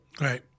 Right